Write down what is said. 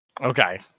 okay